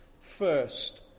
first